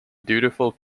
dutiful